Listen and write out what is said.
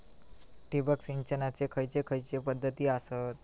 ठिबक सिंचनाचे खैयचे खैयचे पध्दती आसत?